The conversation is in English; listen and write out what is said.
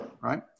right